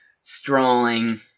strolling